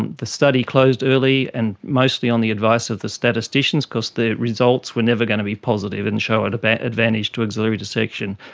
the study closed early, and mostly on the advice of the statisticians because the results were never going to be positive and show an advantage to axillary dissection,